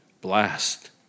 blast